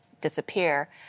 disappear